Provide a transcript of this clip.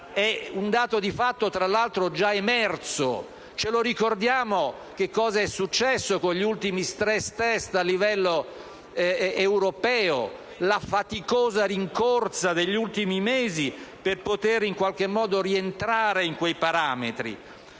È un dato di fatto, tra l'altro già emerso, e ricordo a tutti che cosa è accaduto con gli ultimi *stress test* a livello europeo, con la faticosa rincorsa degli ultimi mesi per poter in qualche modo rientrare in quei parametri.